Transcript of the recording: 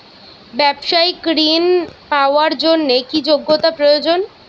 ব্যবসায়িক ঋণ পাওয়ার জন্যে কি যোগ্যতা প্রয়োজন?